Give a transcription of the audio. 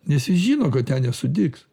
nes jis žino kad ten nesudygs